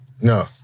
No